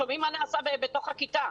שומעים מה נעשה בתוך הכיתה,